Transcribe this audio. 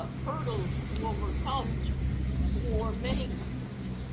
ah hurdles to overcome for many countries.